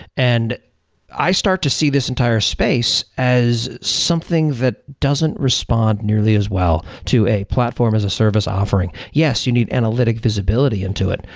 and i start to see this entire space as something that doesn't respond nearly as well to a platform as a service offering. yes, you need analytic visibility into it,